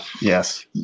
yes